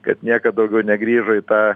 kad niekad daugiau negrįžo į tą